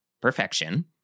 perfection